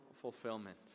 fulfillment